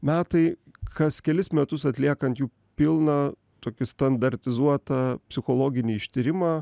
metai kas kelis metus atliekant jų pilną tokį standartizuotą psichologinį ištyrimą